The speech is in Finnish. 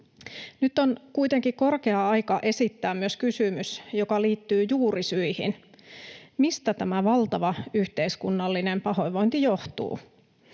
Nyt on kuitenkin korkea aika esittää myös kysymys, joka liittyy juurisyihin: mistä tämä valtava yhteiskunnallinen pahoinvointi johtuu?